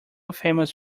famous